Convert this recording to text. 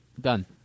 Done